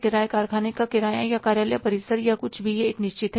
किराये कारखाने का किराया या कार्यालय परिसर या कुछ भी यह एक निश्चित है